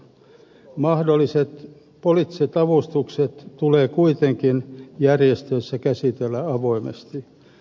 mahdolliset poliittiset avustukset tulee kuitenkin järjestöissä käsitellä avoimesti